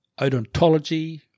odontology